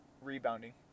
rebounding